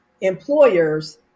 employers